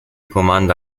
comanda